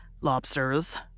Lobsters